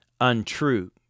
untrue